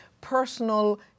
personal